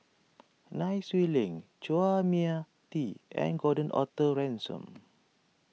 Nai Swee Leng Chua Mia Tee and Gordon Arthur Ransome